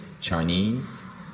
Chinese